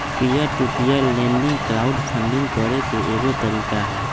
peer to peer lending crowd funding करे के एगो तरीका हई